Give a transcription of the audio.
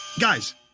Guys